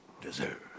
deserve